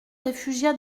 réfugia